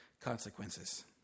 consequences